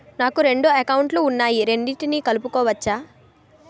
నాకు రెండు అకౌంట్ లు ఉన్నాయి రెండిటినీ కలుపుకోవచ్చా?